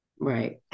Right